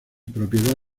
propiedad